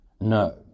no